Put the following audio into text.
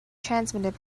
transmitted